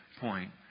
point